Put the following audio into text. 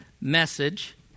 message